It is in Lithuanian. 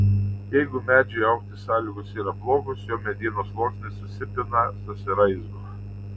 jeigu medžiui augti sąlygos yra blogos jo medienos sluoksniai susipina susiraizgo